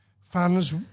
fans